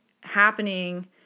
happening